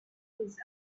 his